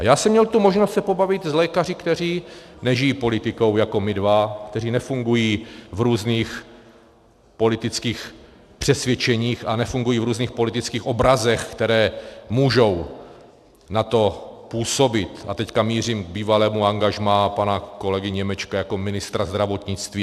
Já jsem měl možnost se pobavit s lékaři, kteří nežijí politikou jako my dva, kteří nefungují v různých politických přesvědčeních a nefungují v různých politických obrazech, které můžou na to působit, a teď mířím k bývalému angažmá pana kolegy Němečka jako ministra zdravotnictví.